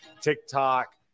TikTok